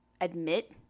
admit